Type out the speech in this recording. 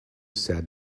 said